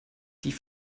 die